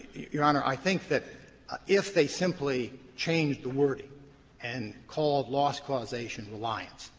your honor, i think that if they simply changed the wording and called loss causation reliance,